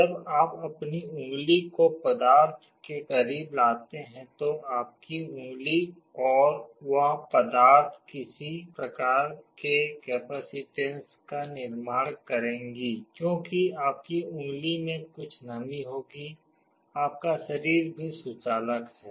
जब आप अपनी उंगली को पदार्थ के करीब लाते हैं तो आपकी उंगली और वह पदार्थ किसी प्रकार के कैपेसिटेन्स का निर्माण करेगी क्योंकि आपकी उंगली में कुछ नमी होगी आपका शरीर भी सुचालक है